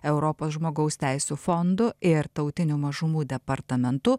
europos žmogaus teisių fondu ir tautinių mažumų departamentu